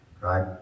right